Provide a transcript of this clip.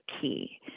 key